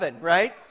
right